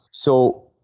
so,